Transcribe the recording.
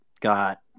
got